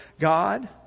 God